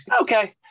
Okay